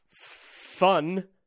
fun